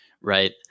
Right